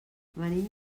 venim